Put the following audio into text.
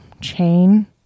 chain